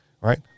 Right